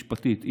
משפטית,